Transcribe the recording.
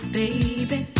baby